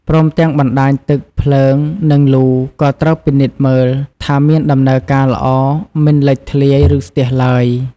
ព្រមទាំងបណ្តាញទឹក ភ្លើង និងលូក៏ត្រូវពិនិត្យមើល ថាមានដំណើរការល្អ មិនលេចធ្លាយ ឬស្ទះឡើយ។